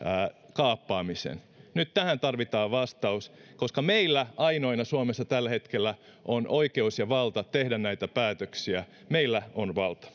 kaappaamisen nyt tähän tarvitaan vastaus koska meillä ainoina suomessa tällä hetkellä on oikeus ja valta tehdä näitä päätöksiä meillä on valta